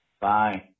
Bye